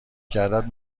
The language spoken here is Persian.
کردت